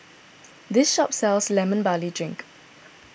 this shop sells Lemon Barley Drink